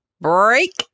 break